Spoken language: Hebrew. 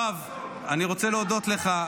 אני רוצה להודות לך.